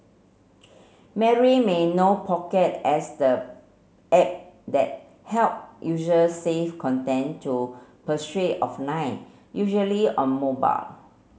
Mary may know Pocket as the app that help user save content to offline usually on mobile